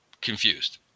confused